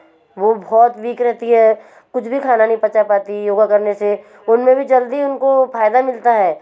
वह बहुत वीक रेहती है कुछ भी खाना नहीं पचा पाती योग करने से उनमें भी जल्दी उनको फ़ायदा मिलता है